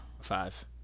Five